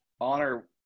honor